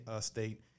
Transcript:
state